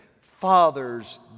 Father's